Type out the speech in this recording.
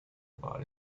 about